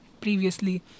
previously